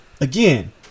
again